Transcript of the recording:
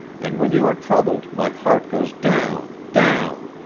and when you are troubled my heart goes down, down.